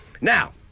Now